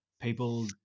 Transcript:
people